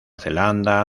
zelanda